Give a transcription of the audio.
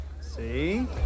See